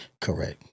Correct